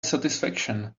satisfaction